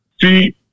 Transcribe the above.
see